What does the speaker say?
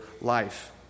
life